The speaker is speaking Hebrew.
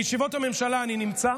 בישיבות הממשלה אני נמצא,